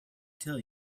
tell